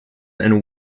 and